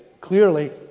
clearly